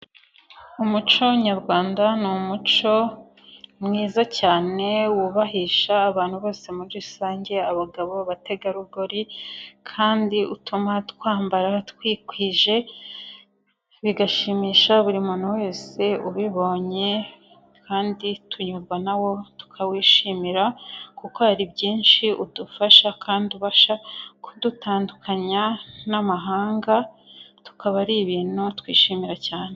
Umuco nyarwanda ni umuco mwiza cyane wubahisha abantu bose muri rusange abagabo, abategarugori kandi utuma twambara twikwije bigashimisha buri muntu wese ubibonye kandi tunyurwa na wo tukawishimira kuko hari byinshi udufasha kandi ubasha kudutandukanya n'amahanga, tukaba ari ibintu twishimira cyane.